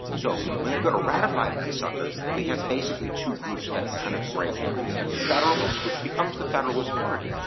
so, when they go to ratify that sucker we have two two groups that kind of break out. we have the federalists, which becomes the federalist party.